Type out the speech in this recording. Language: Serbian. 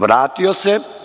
Vratio se.